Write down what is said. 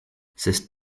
sest